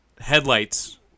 headlights